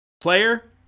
player